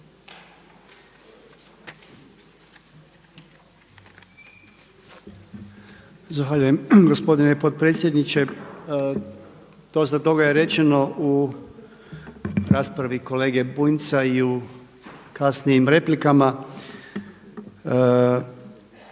Zahvaljujem gospodine potpredsjedniče. Dosta toga je rečeno u raspravi kolege Bunjca i u kasnijim replikama.